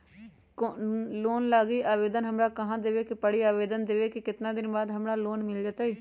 Loan लागी आवेदन हमरा कहां देवे के पड़ी और आवेदन देवे के केतना दिन बाद हमरा लोन मिल जतई?